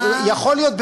יכול להיות,